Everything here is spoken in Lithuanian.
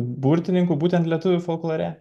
burtininkų būtent lietuvių folklore